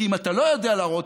כי אם אתה לא יודע להורות,